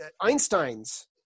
einstein's